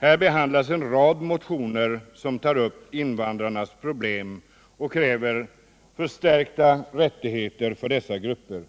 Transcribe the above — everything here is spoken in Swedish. Där behandlas en rad motioner som tar upp invandrarnas problem och kräver förstärkta rättigheter för dessa grupper.